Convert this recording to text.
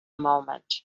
moment